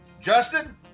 Justin